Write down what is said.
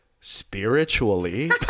spiritually